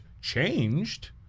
changed